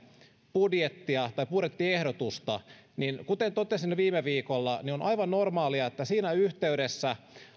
budjettiehdotusta niin kuten totesin jo viime viikolla on aivan normaalia että siinä yhteydessä